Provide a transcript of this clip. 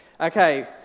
Okay